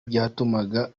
byatumaga